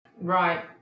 Right